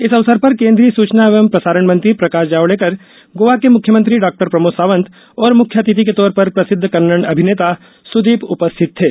इस अवसर पर केंद्रीय सूचना एवं प्रसारण मंत्री प्रकाश जावड़ेकर गोवा के मुख्यमंत्री डॉक्टर प्रमोद सावंत और मुख्य अतिथि के तौर पर प्रसिद्ध कन्नड़ अभिनेता सुदीप उपस्थित थे